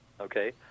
Okay